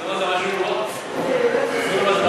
אל תגיד את זה בקול, זה יכול לסבך אותו.